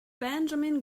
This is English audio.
benjamin